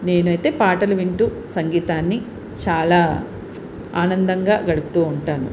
నేను అయితే పాటలు వింటూ సంగీతాన్ని చాలా ఆనందంగా గడుపుతూ ఉంటాను